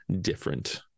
different